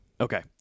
Okay